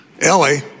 Ellie